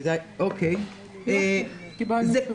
קיבלנו תשובה.